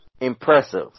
Impressive